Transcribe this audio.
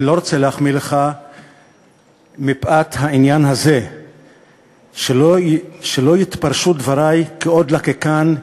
אני לא רוצה להחמיא לך מפאת העניין הזה שלא יתפרשו דברי כדברי עוד לקקן,